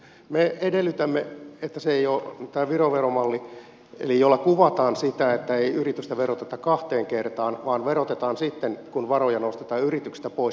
me edellytämme että se ei ole tämä viron veromalli eli jolla kuvataan sitä että ei yritystä veroteta kahteen kertaan vaan verotetaan sitten kun varoja nostetaan yrityksestä pois